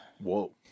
Whoa